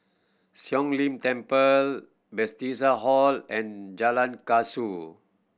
Siong Lim Temple Bethesda Hall and Jalan Kasau